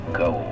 go